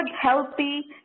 healthy